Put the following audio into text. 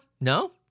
no